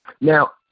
Now